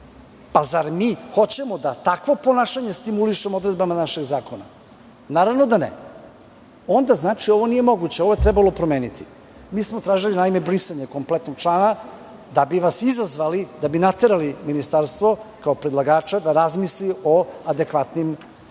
tražio. Zar mi hoćemo da takvo ponašanje stimulišemo odredbama našeg zakona? Naravno da ne. Onda znači, ovo nije moguće. Ovo je trebalo promeniti. Mi smo tražili brisanje kompletnog člana, da bi vas izazvali, da bi naterali ministarstvo kao predlagača da razmisli o adekvatnim